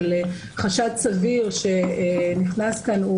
של חשד סביר שנכנס כאן,